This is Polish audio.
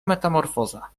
metamorfoza